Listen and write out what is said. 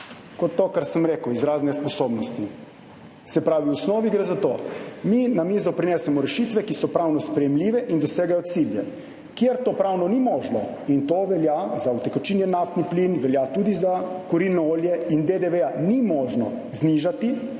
drugih rešitev, kot izraz nesposobnosti. Se pravi, v osnovi gre za to. Mi na mizo prinesemo rešitve, ki so pravno sprejemljive in dosegajo cilje. Kjer to pravno ni možno, to velja za utekočinjen naftni plin in tudi za kurilno olje, in DDV ni možno znižati,